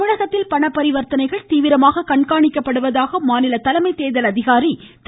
தமிழகத்தில் பணப்பரிவர்த்தனைகள் தீவிரமாக கண்காணிக்கப்படுவதாக மாநில தலைமை தேர்தல் அதிகாரி திரு